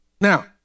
Now